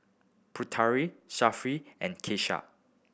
Putera Safiya and Kasih